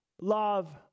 love